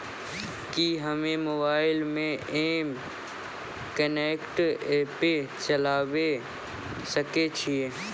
कि हम्मे मोबाइल मे एम कनेक्ट एप्प चलाबय सकै छियै?